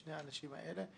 שני האנשים האלה.